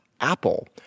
Apple